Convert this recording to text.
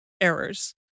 errors